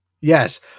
Yes